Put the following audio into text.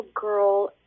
girl